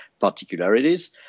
particularities